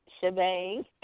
shebang